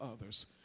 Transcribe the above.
others